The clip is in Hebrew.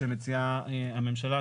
שמציעה הממשלה,